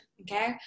Okay